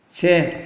से